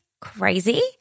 crazy